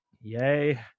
yay